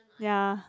ya